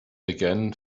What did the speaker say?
again